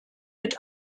mit